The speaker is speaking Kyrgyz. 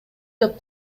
деп